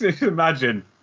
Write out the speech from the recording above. Imagine